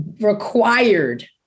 required